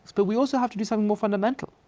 but we also have to do something more fundamental.